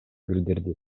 билдирди